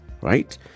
right